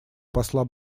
посла